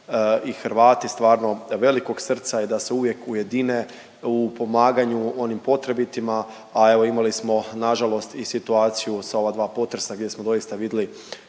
i Hrvati stvarno velikog srca i da se uvijek ujedine u pomaganju onim potrebitima, a evo imali smo nažalost i situaciju sa ova dva potresa gdje smo doista vidjeli